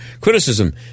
criticism